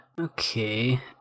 Okay